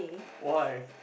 why